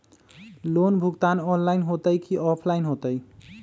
Loan भुगतान online होतई कि ऑफलाइन होतई?